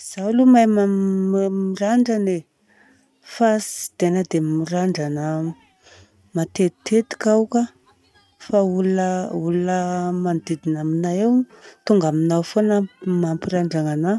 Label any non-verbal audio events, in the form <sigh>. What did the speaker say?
Izaho aloha mahay mirandrana e, fa tsy dia tena mirandrana matetiteka aho ka. Fa olona manodidina aminay ao, tonga aminaha ao foana mampirandragna anahy. <noise>